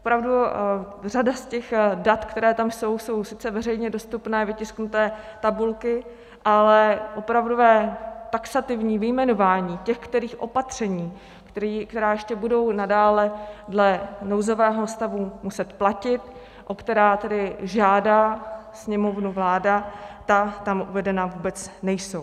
Opravdu řada z těch dat, která tam jsou, jsou sice veřejně dostupné vytisknuté tabulky, ale opravdové taxativní vyjmenování těch kterých opatření, která ještě budou nadále dle nouzového stavu muset platit a o která tedy žádá Sněmovnu vláda, ta tam uvedena vůbec nejsou.